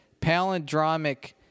palindromic